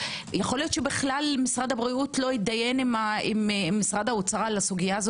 שבכלל משרד הבריאות לא הידיין עם משרד האוצר על הסוגיה,